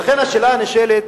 ולכן השאלה הנשאלת: